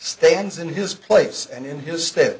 statins in his place and in his state